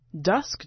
Dusk